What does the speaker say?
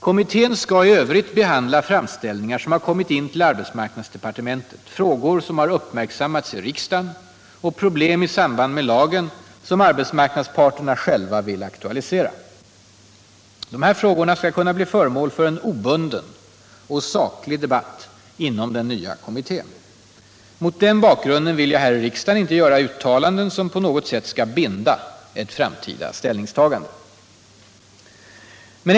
Kommittén skall i övrigt behandla framställningar som har kommit in till arbetsmarknadsdepartementet, frågor som har uppmärksammats i riksdagen och problem i samband med lagen som arbetsmarknadsparterna själva vill aktualisera. Dessa frågor skall kunna bli föremål för en obunden och saklig debatt inom den nya kommittén. Mot den bakgrun 157 den vill jag här i riksdagen inte göra uttalanden som på något sätt skall binda ett framtida ställningstagande.